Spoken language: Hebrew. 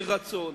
מרצון,